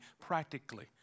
practically